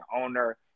owner